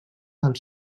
del